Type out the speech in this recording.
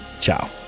Ciao